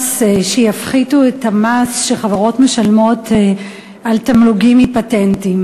שיפחיתו את המס שחברות משלמות על תמלוגים מפטנטים.